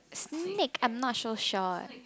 snake I'm not so sure eh